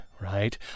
right